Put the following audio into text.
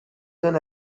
soon